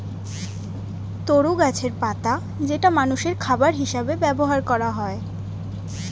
তরু গাছের পাতা যেটা মানুষের খাবার হিসেবে ব্যবহার করা হয়